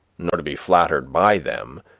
nor to be flattered by them,